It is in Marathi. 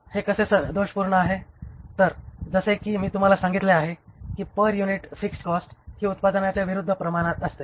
हे कसे दोषपूर्ण आहे तर जसे की मी तुम्हाला सांगितले आहे की पर युनिट फिक्स्ड कॉस्ट ही उत्पादनाच्या विरुद्ध प्रमाणात असते